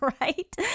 right